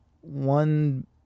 one